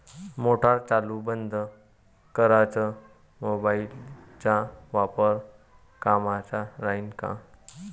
Motor चालू बंद कराच मोबाईलचा वापर कामाचा राहीन का?